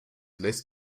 lässt